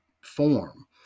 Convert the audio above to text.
form